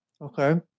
Okay